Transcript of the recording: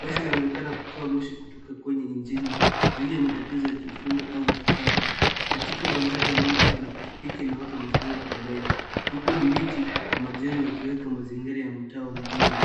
Basi linaonekana kutoa moshi kutoka kwenye injini dalili ya matatizo ya kiufundi au uchakavu. Katika mandhari ya nyuma kuna pikipiki na watu wamesimama pembeni. Huku ni miti na majengo yakiweka mazingira ya mtaa wa mjini.